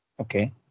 Okay